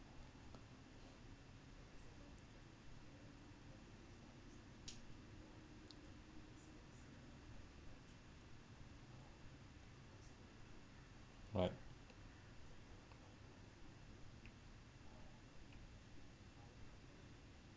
but